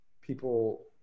people